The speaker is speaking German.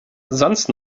sonst